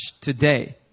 today